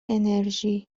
انرژی